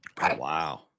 Wow